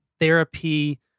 therapy